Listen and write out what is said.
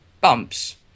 bumps